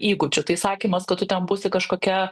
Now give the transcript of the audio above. įgūdžių tai sakymas kad tu ten būsi kažkokia